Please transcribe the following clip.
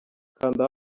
kanda